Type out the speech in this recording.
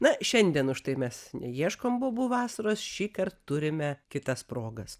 na šiandien už tai mes neieškom bobų vasaros šįkart turime kitas progas